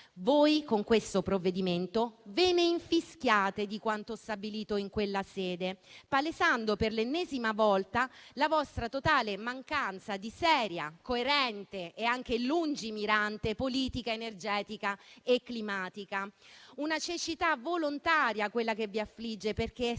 Voi, con questo provvedimento, vi infischiate di quanto stabilito in quella sede, palesando per l'ennesima volta la vostra totale mancanza di una seria, coerente e anche lungimirante politica energetica e climatica. È una cecità volontaria, quella che vi affligge, perché